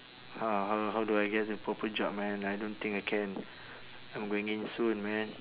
how how how do I get a proper job man I don't think I can I'm going in soon man